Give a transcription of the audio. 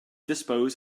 dispose